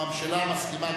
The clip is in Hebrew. כן, כן, הממשלה מסכימה,